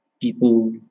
People